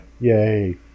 Yay